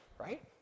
right